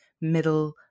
middle